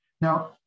Now